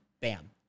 Bam